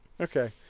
Okay